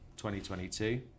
2022